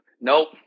Nope